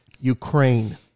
Ukraine